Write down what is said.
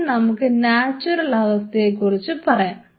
ഇനി നമുക്ക് നാച്ചുറൽ അവസ്ഥയെക്കുറിച്ച് നോക്കാം